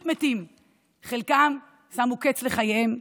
חלקם שמו קץ לחייהם,